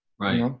Right